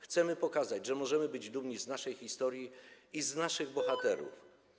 Chcemy pokazać, że możemy być dumni z naszej historii i z naszych bohaterów.